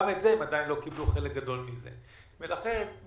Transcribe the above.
גם חלק גדול מה-30 הם לא קיבלו.